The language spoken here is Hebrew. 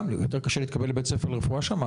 גם קשה להתקבל לבית ספר לרפואה שם,